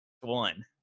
one